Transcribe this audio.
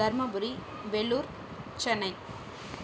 Dharmapuri Vellore Chennai